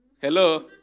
Hello